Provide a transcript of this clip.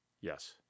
Yes